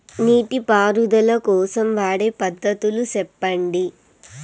నీటి పారుదల కోసం వాడే పద్ధతులు సెప్పండి?